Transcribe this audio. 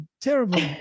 terrible